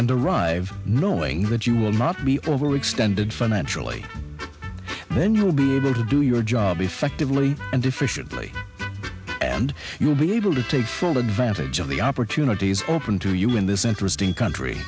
arrive knowing that you will not be overextended financially then you will be able to do your job effectively and efficiently and you will be able to take full advantage of the opportunities open to you in this interesting country